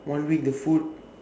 one week the food